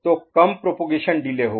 तो कम propagation delay होगा